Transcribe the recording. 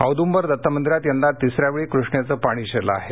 औदुंबर दत्त मंदीरात यंदा तिसऱ्या वेळी कृष्णेचं पाणी शिरले आहे